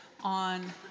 on